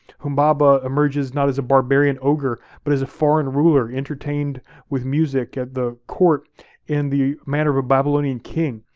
humbaba emerges not as a barbarian ogre, but as a foreign ruler, entertained with music at the court in the matter of a babylonian king,